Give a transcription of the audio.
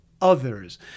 others